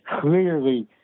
clearly